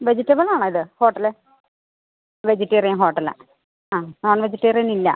vegetable ആണോ ഇത് hotel vegetarian ഹോട്ടലാണ് ആ നോൺ വെജിറ്റേറിയൻ ഇല്ല